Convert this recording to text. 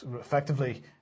effectively